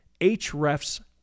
HREF's